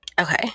okay